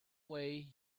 way